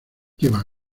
lleva